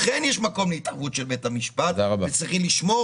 זו הסיבה לכך שיש מקום להתערבות של בית המשפט ויש לשמור